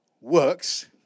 Works